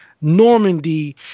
Normandy